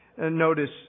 notice